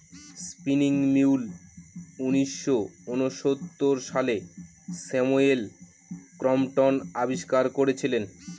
spinning mule উনিশশো ঊনসত্তর সালে স্যামুয়েল ক্রম্পটন আবিষ্কার করেছিলেন